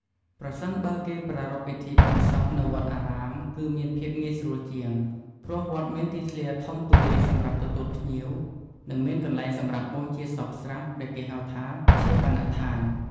ប្រសិនបើគេប្រារព្ធពិធីបុណ្យសពនៅវត្តអារាមគឺមានភាពងាយស្រួលជាង ព្រោះវត្តមានទីធ្លាធំទូលាយសម្រាប់ទទួលភ្ញៀវ និងមានកន្លែងសម្រាប់បូជាសពស្រាប់ដែលគេហៅថាឈាបនដ្ឋាន។